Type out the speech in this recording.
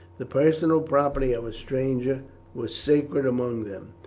the personal property of a stranger was sacred among them,